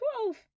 Twelve